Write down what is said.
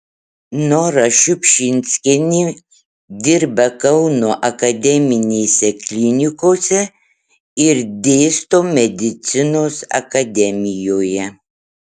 nora šiupšinskienė dirba kauno akademinėse klinikose ir dėsto medicinos akademijoje